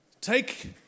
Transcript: Take